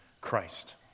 Christ